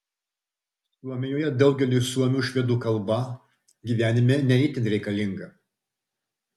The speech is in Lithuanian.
suomijoje daugeliui suomių švedų kalba gyvenime ne itin reikalinga